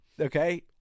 Okay